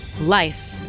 life